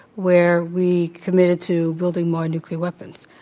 where we committed to building more nuclear weapons.